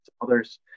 others